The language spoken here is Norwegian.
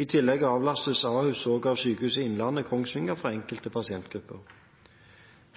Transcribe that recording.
I tillegg avlastes Ahus av Sykehuset Innlandet Kongsvinger for enkelte pasientgrupper.